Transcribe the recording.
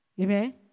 Amen